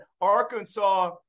Arkansas